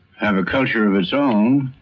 have a culture of its own,